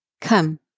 Come